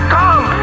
come